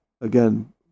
again